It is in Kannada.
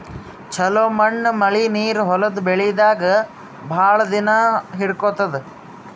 ಛಲೋ ಮಣ್ಣ್ ಮಳಿ ನೀರ್ ಹೊಲದ್ ಬೆಳಿದಾಗ್ ಭಾಳ್ ದಿನಾ ಹಿಡ್ಕೋತದ್